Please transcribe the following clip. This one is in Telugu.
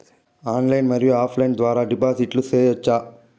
ఆన్లైన్ మరియు ఆఫ్ లైను ద్వారా డిపాజిట్లు సేయొచ్చా?